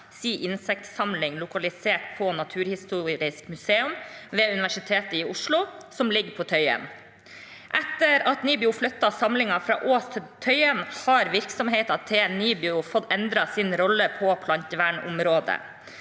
sin insektsamling lokalisert på Naturhistorisk museum ved Universitetet i Oslo, og det ligger på Tøyen. Etter at NIBIO flyttet samlingen fra Ås til Tøyen, har virksomheten til NIBIO fått endret sin rolle på plantevernområdet.